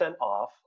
off